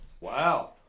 Wow